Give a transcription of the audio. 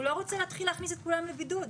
הוא לא רוצה להתחיל להכניס את כולם לבידוד.